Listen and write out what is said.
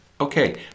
okay